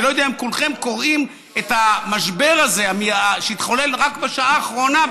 אני לא יודע אם כולכם קוראים על המשבר הזה שהתחולל רק בשעה האחרונה,